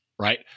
right